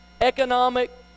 economic